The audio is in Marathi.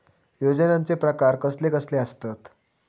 योजनांचे प्रकार कसले कसले असतत?